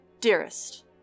dearest